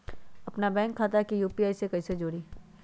अपना बैंक खाता के यू.पी.आई से कईसे जोड़ी?